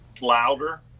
louder